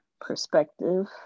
perspective